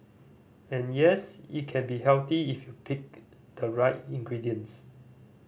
and yes it can be healthy if you pick the right ingredients